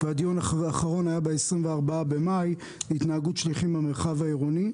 והדיון האחרון היה ב-24 במאי התנהגות שליחים במרחב העירוני.